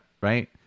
right